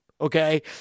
okay